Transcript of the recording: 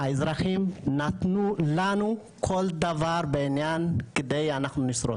האזרחים נתנו לנו כל דבר בעניין כדי שאנחנו נשרוד,